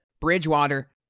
Bridgewater